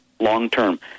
long-term